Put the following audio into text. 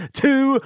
two